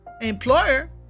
employer